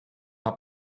are